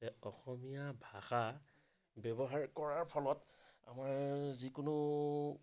অসমীয়া ভাষা ব্যৱহাৰ কৰাৰ ফলত আমাৰ যিকোনো